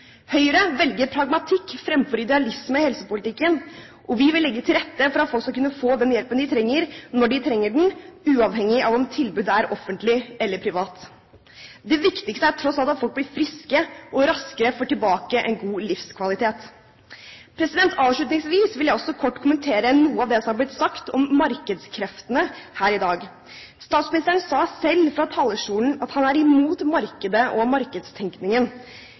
Høyre velger pragmatikk fremfor idealisme i helsepolitikken, og vi vil legge til rette for at folk skal kunne få den hjelpen de trenger, når de trenger den, uavhengig av om tilbudet er offentlig eller privat. Det viktigste er tross alt at folk blir friske og raskere får tilbake en god livskvalitet. Avslutningsvis vil jeg også kort kommentere noe av det som har blitt sagt om markedskreftene her i dag. Statsministeren sa selv fra talerstolen at han er imot markedet og